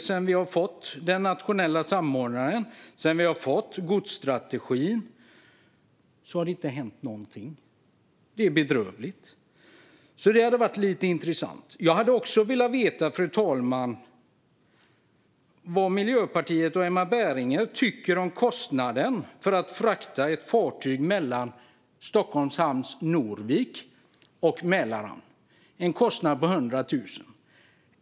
Sedan vi fick den nationella samordnaren och godsstrategin har det vad jag kan se inte hänt något. Det är bedrövligt. Fru talman! Jag skulle också vilja veta vad Emma Berginger och Miljöpartiet tycker om kostnaden på 100 000 för att frakta ett fartyg mellan Stockholm Norvik Hamn och Mälaren.